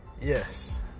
Yes